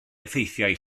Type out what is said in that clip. effeithiau